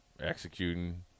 Executing